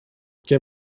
και